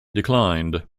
declined